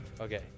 Okay